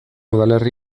udalerri